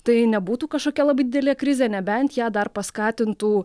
tai nebūtų kažkokia labai didelė krizė nebent ją dar paskatintų